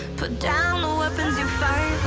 put down the weapons you fight